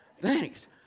thanks